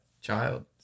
child